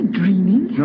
dreaming